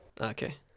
Okay